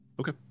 Okay